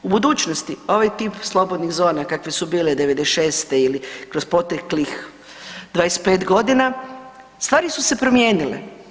U budućnosti, ovaj tip slobodnih zona, kakve su bile '96. ili kroz proteklih 25 godina, stvari su se promijenile.